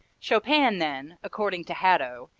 chopin then, according to hadow,